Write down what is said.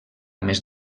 més